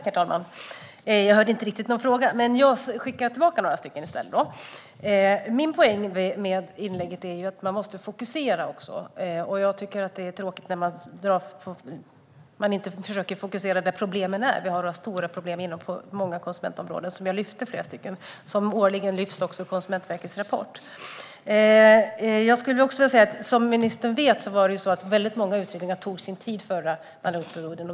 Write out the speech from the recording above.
Herr talman! Jag hörde inte riktigt någon fråga. Jag skickar i stället tillbaka några. Min poäng med inlägget är att man måste fokusera. Det är tråkigt när man inte försöker att fokusera där problemen är. Vi har stora problem på många konsumentområden, och jag lyfte fram flera som årligen lyfts fram också i Konsumentverkets rapport. Som ministern vet tog väldigt många utredningar sin tid förra mandatperioden.